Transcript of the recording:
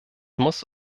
muss